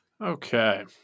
Okay